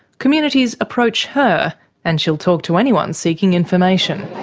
communities approach her and she'll talk to anyone seeking information.